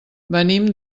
venim